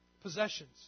Possessions